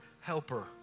helper